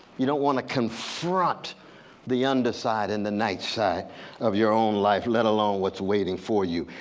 you don't want to confront the underside, and the knife side of your own life let alone what's waiting for you.